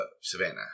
Savannah